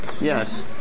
Yes